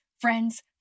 friends